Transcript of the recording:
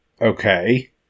Okay